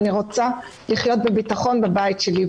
אני רוצה לחיות בביטחון בבית שלי.